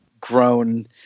grown